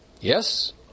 Yes